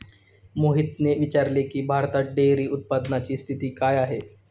मोहितने विचारले की, भारतात डेअरी उत्पादनाची स्थिती काय आहे?